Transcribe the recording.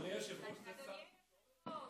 אדוני היושב-ראש,